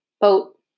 Boat